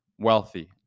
wealthy